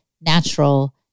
natural